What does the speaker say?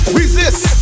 resist